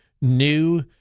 new